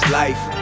life